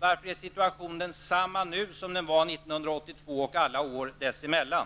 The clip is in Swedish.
Varför är situationen densamma nu som den var 1982 och alla år sedan dess?